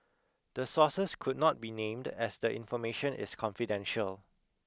the sources could not be named as the information is confidential